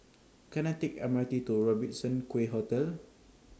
Can I Take M R T to Robertson Quay Hotel